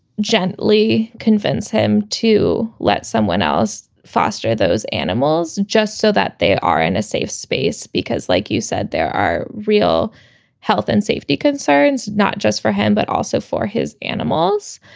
gently convince him to let someone else foster those animals just so that they are in a safe space, because like you said, there are real health and safety concerns not just for him, but also for his animals.